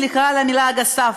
סליחה על המילה הגסה,